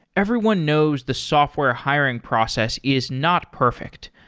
everyone knows the software hiring process is not perfect.